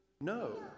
No